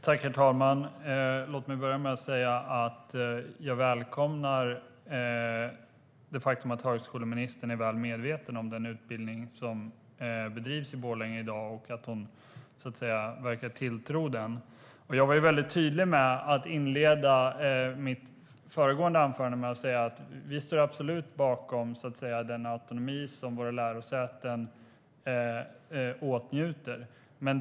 Herr talman! Låt mig börja med att säga att jag välkomnar det faktum att högskoleministern är väl medveten om den utbildning som bedrivs i Borlänge i dag och att hon verkar ha tilltro till den. Jag var tydlig när jag inledde mitt föregående inlägg med att vi absolut står bakom den autonomi som våra lärosäten åtnjuter.